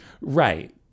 Right